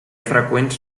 freqüents